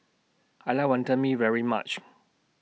I like Wantan Mee very much